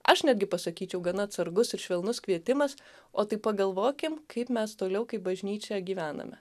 aš netgi pasakyčiau gana atsargus ir švelnus kvietimas o tai pagalvokim kaip mes toliau kaip bažnyčia gyvename